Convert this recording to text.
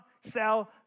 sell